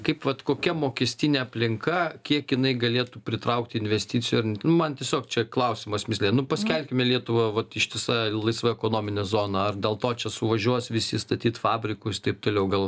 kaip vat kokia mokestinė aplinka kiek jinai galėtų pritraukti investicijų ar nu man tiesiog čia klausimas mįslė nu paskelbkime lietuvą vat ištisa laisva ekonomine zona ar dėl to čia suvažiuos visi statyt fabrikus taip toliau gal